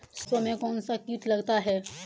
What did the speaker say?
सरसों में कौनसा कीट लगता है?